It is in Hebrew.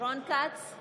רון כץ,